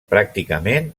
pràcticament